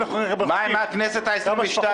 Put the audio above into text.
השאלה היא מה עם הכנסת ה-22.